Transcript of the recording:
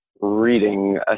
reading